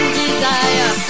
desire